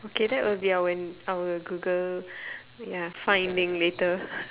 okay that would be our our google ya finding later